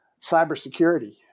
cybersecurity